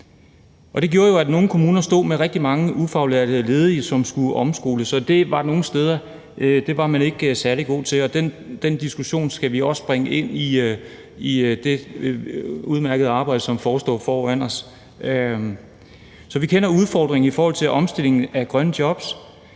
det gjorde jo, at nogle kommuner stod med rigtig mange ufaglærte ledige, som skulle omskoles, og det var man nogle steder ikke særlig god til, og den diskussion skal vi også bringe ind i det udmærkede arbejde, som vi har foran os. Så vi kender udfordringen i forhold til omstillingen af grønne jobs.